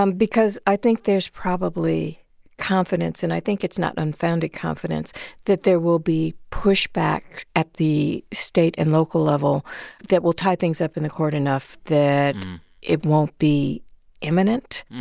um because i think there's probably confidence and i think it's not unfounded confidence that there will be pushback pushback at the state and local level that will tie things up in the court enough that it won't be imminent.